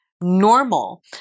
normal